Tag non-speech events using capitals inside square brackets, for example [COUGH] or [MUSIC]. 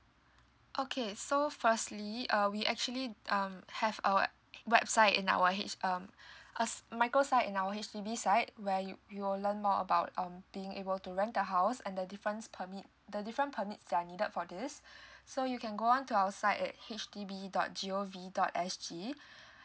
okay so firstly uh we actually um have our website in our H~ um a microsite in our H_D_B site where you you will learn more about um being able to rent the house and the difference permit the different permits that are needed for this [BREATH] so you can go on to our site at H D B dot G_O_V dot S_G [BREATH]